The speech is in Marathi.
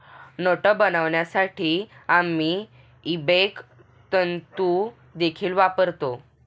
नोटा बनवण्यासाठी आम्ही इबेक तंतु देखील वापरतो